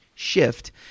shift